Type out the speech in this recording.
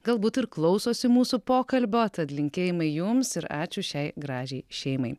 galbūt ir klausosi mūsų pokalbio tad linkėjimai jums ir ačiū šiai gražiai šeimai